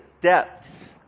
depths